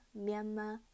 Myanmar